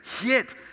hit